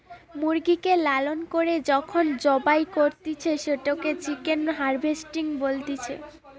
মুরগিকে লালন করে যখন জবাই করতিছে, সেটোকে চিকেন হার্ভেস্টিং বলতিছে